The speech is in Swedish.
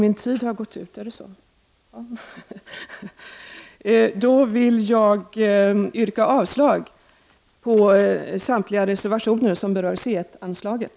Jag vill yrka avslag på samtliga reservationer som berör C 1-anslaget.